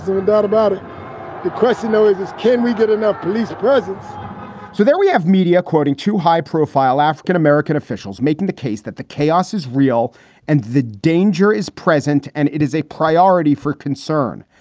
doubt about it the question, though, is, is can we get enough police presence so that we have media quoting two high profile african-american officials making the case that the chaos is real and the danger is present. and it is a priority for concern.